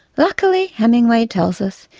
luckily, hemingway tells us,